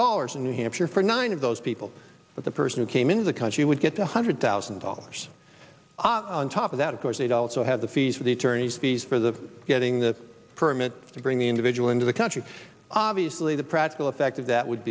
dollars in new hampshire for nine of those people but the person who came into the country would get one hundred thousand dollars on top of that of course they'd also have the fees for the attorneys fees for the getting the permit to bring the individual into the country obviously the practical effect of that would